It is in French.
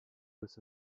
los